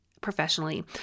professionally